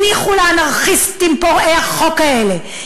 הניחו לאנרכיסטים פורעי החוק האלה,